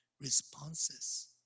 responses